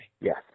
Yes